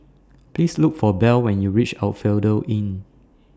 Please Look For Belle when YOU REACH Asphodel Inn